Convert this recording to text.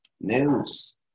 news